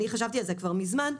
אני חשבתי על זה כבר מזמן.